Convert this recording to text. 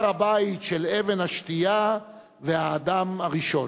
הר-הבית של אבן השתייה והאדם הראשון,